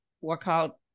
workout